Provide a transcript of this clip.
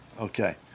okay